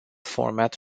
format